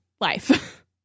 life